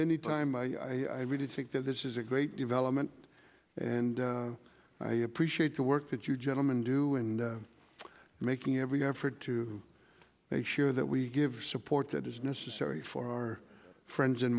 any time i really think that this is a great development and i appreciate the work that you gentlemen do and making every effort to make sure that we give support that is necessary for our friends in